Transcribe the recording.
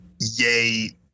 yay